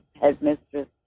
headmistress